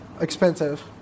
expensive